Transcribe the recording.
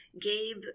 gabe